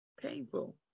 Painful